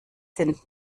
sind